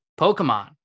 Pokemon